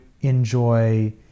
enjoy